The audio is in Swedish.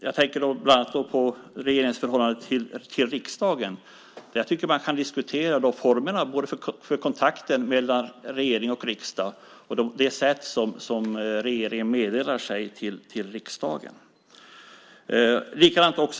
Jag tänker bland annat på regeringens förhållande till riksdagen. Jag tycker att man kan diskutera formerna för kontakten mellan regering och riksdag och hur regeringen meddelar sig till riksdagen.